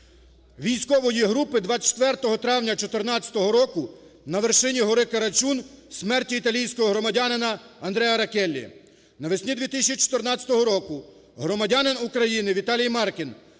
військової групи 24 травня 14-го року на вершині гори Карачун смерті італійського громадянина Андреа Роккеллі. Навесні 2014 року громадянин України Віталій Марків